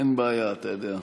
אין בעיה, אתה יודע.